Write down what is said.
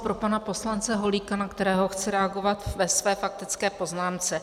Pro pana poslance Holíka, na kterého chci reagovat ve své faktické poznámce.